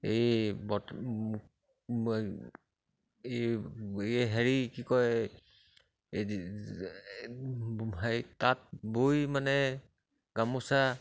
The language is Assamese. এই এই এই এই হেৰি কি কয় এই যি হেৰি তাঁত বৈ মানে গামোচা